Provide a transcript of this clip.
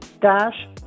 dash